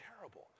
terrible